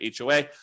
HOA